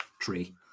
tree